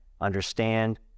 understand